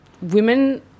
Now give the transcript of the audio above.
women